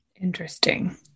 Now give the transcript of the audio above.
interesting